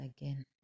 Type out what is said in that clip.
again